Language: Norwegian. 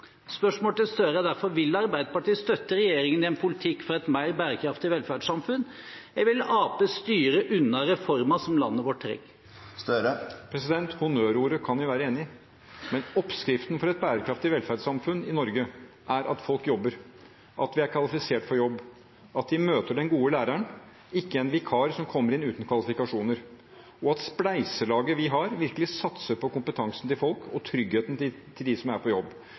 Spørsmålet til Gahr Støre er derfor: Vil Arbeiderpartiet støtte regjeringen i en politikk for et mer bærekraftig velferdssamfunn, eller vil Arbeiderpartiet styre unna reformer som landet vårt trenger? Honnørordet kan vi være enig i, men oppskriften på et bærekraftig velferdssamfunn i Norge er at folk jobber, at de er kvalifisert for jobb, at de møter den gode læreren, ikke en vikar som kommer inn uten kvalifikasjoner, og at spleiselaget vi har, virkelig satser på kompetansen til folk og tryggheten til dem som er på jobb.